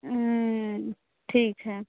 ठीक है